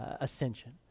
ascension